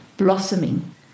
Blossoming